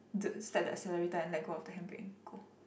the step the accelerator and let go of the handbrake and go